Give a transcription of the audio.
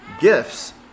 gifts